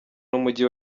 n’umujyi